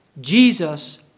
Jesus